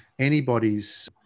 Anybody's